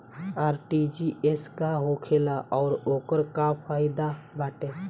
RTGS का होखेला और ओकर का फाइदा बाटे?